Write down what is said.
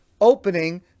opening